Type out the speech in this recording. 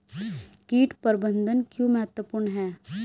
कीट प्रबंधन क्यों महत्वपूर्ण है?